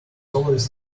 always